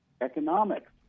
economics